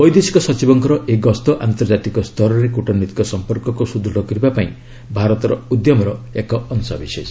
ବୈଦେଶିକ ସଚିବଙ୍କର ଏହି ଗସ୍ତ ଆନ୍ତର୍ଜାତିକ ସ୍ତରରେ କୁଟନୈତିକ ସଂପର୍କକୁ ସୁଦୃଢ଼ କରିବା ପାଇଁ ଭାରତର ଉଦ୍ୟମର ଏକ ଅଂଶବିଶେଷ